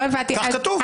כך כתוב.